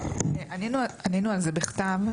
ענינו על זה בכתב.